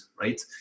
right